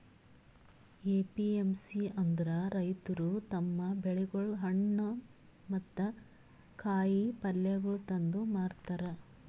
APMC ಅಂದುರ್ ರೈತುರ್ ತಮ್ ಬೆಳಿಗೊಳ್, ಹಣ್ಣ ಮತ್ತ ಕಾಯಿ ಪಲ್ಯಗೊಳ್ ತಂದು ಮಾರತಾರ್